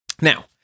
Now